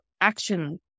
action